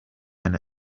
and